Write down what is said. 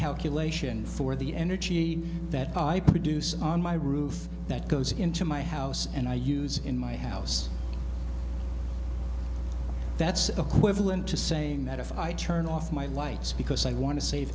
calculation for the energy that i produce on my roof that goes into my house and i use in my house that's equivalent to saying that if i turn off my lights because i want to save